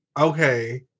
okay